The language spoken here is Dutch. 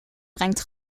brengt